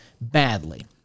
badly